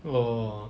orh